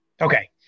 Okay